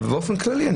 אבל באופן כללי,